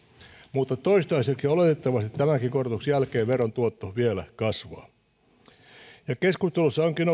mutta toistaiseksi ja oletettavasti tämänkin korotuksen jälkeen veron tuotto vielä kasvaa keskustelussa onkin